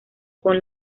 con